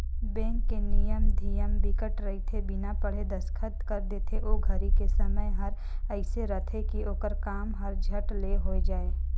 bank के नियम धियम बिकट रहिथे बिना पढ़े दस्खत कर देथे ओ घरी के समय हर एइसे रहथे की ओखर काम हर झट ले हो जाये